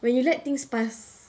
when you let things pass